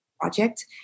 project